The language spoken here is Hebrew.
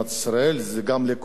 גם לכל הסיעות,